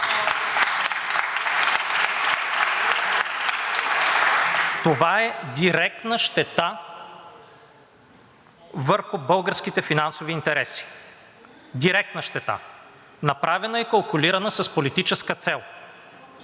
Това е директна щета върху българските финансови интереси, директна щета, направена и калкулирана с политическа цел.